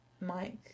Mike